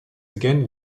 again